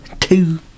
two